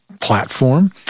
platform